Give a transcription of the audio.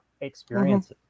experiences